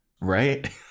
Right